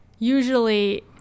Usually